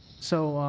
so,